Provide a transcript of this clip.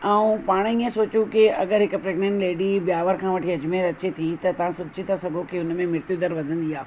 ऐं पाण ईअं सोचूं की अगरि हिकु प्रेगनेंट लेडी ब्यावर खां वठी अजमेर अचे थी त तव्हां सोचे था सघो की उन में मृत्यू दर वधंदी आहे